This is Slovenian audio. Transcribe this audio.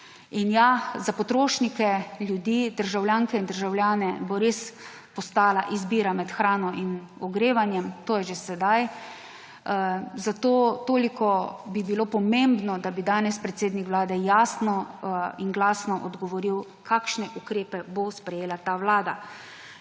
za potrošnike, ljudi, državljanke in državljane bo res postala izbira med hrano in ogrevanjem, to je že sedaj, zato toliko bi bilo pomembno, da bi danes predsednik Vlade jasno in glasno odgovoril, kakšne ukrepe bo sprejela ta vlada.